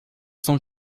cent